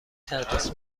تدریس